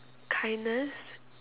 kindness